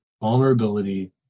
vulnerability